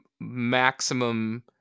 maximum